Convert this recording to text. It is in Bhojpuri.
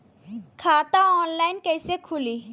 खाता ऑनलाइन कइसे खुली?